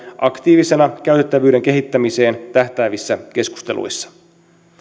aktiivisena käytettävyyden kehittämiseen tähtäävissä keskusteluissa